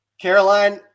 Caroline